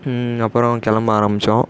அப்புறம் கிளம்ப ஆரம்பிச்சோம்